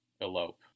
elope